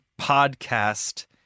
Podcast